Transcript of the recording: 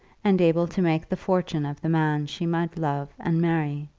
and able to make the fortune of the man she might love and marry.